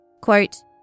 Quote